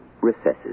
recesses